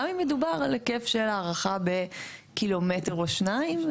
גם אם מדובר על היקף של הערכה בקילומטר או שניים.